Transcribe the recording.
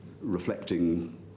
reflecting